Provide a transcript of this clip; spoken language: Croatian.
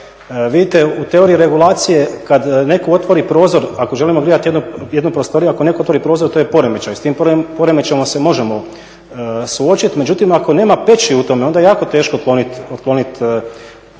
u teoriji regulacije kad netko otvori prozor ako želimo grijat jednu prostoriju, ako netko otvori prozor to je poremećaj, s tim poremećajem se možemo suočit. Međutim, ako nema peći u tome onda je jako teško otklonit poremećaj